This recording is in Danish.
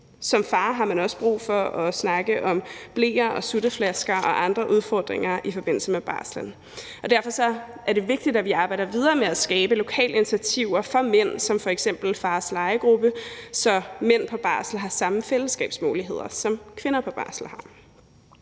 Som far har man også brug for at snakke om bleer og sutteflasker og andre udfordringer i forbindelse med barslen, og derfor er det vigtigt, at vi arbejder videre med at skabe lokale initiativer for mænd som f.eks. Fars Legegruppe, så mænd på barsel har de samme fællesskabmuligheder, som kvinder på barsel har.